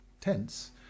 tense